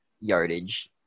yardage